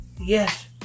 Yes